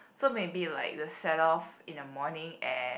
so maybe like the set off in the morning at